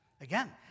Again